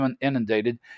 inundated